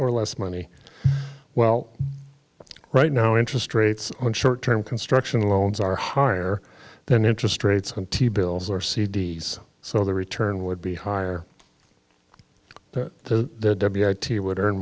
or less money well right now interest rates on short term construction loans are higher than interest rates on t bills or c d s so the return would be higher the t would earn